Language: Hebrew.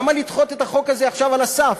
למה לדחות את החוק הזה עכשיו על הסף?